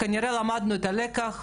כנראה למדנו את הלקח,